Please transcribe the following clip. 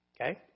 Okay